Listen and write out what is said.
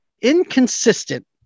inconsistent